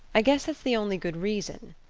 i guess that's the only good reason,